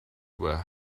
were